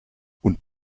und